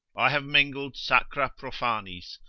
i have mingled sacra prophanis,